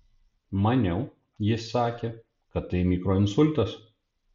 maniau jis sakė kad tai mikroinsultas